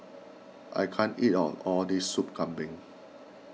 I can't eat all of this Sup Kambing